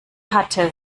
hatte